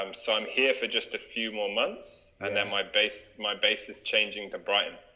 um so i'm here for just a few more months and then my base my base is changing to brighton,